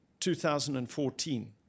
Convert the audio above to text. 2014